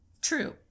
True